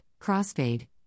Crossfade